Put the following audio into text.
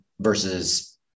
versus